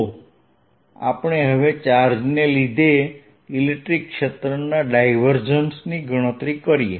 તો આપણે હવે ચાર્જને લીધે ઇલેક્ટ્રિક ક્ષેત્રના ડાયવર્જન્સની ગણતરી કરીએ